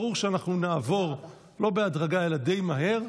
ברור שאנחנו נעבור, לא בהדרגה אלא די מהר.